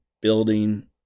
building